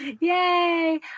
Yay